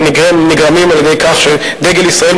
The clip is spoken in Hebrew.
הנגרמת על-ידי כך שדגל ישראל,